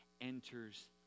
enters